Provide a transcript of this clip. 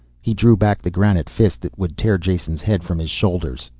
he drew back the granite fist that would tear jason's head from his shoulders.